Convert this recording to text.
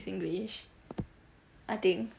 singlish I think